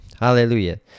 Hallelujah